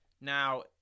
Now